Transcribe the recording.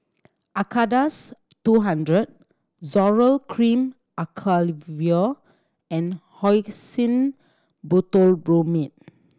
Acardust two hundred Zoral Cream Acyclovir and Hyoscine Butylbromide